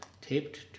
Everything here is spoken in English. taped